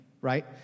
right